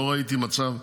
לא ראיתי מצב,